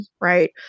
right